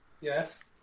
Yes